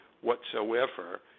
whatsoever